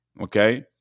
Okay